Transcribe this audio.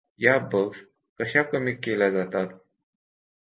या बग्स कश्या कमी केल्या जातात